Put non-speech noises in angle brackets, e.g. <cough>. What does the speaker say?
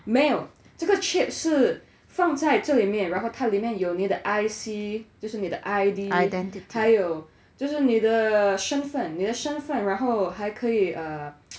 没有这个 chip 是放在这里面然后它里面有你的 I_C 就是你的 I_D 还有就是你的身份你的身份然后还可以 err <noise>